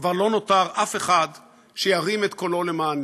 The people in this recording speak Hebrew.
כבר לא נותר אף אחד שירים את קולו למעני.